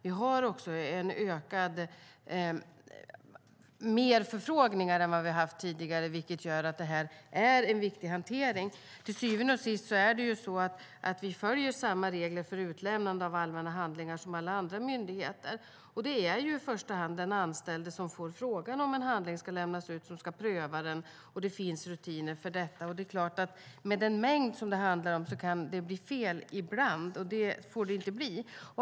Vi har fler förfrågningar än vad vi har haft tidigare, vilket gör att detta är en viktig hantering. Till syvende och sist följer vi samma regler för utlämnande av allmänna handlingar som alla andra myndigheter. Det är i första hand den anställde som får frågan om en handling ska lämnas ut som ska pröva den, och det finns rutiner för detta. Det är klart att med den mängd som det handlar om kan det ibland bli fel, men det får det inte bli.